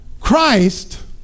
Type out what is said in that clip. Christ